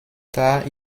tard